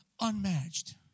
unmatched